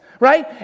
right